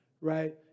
Right